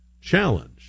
challenge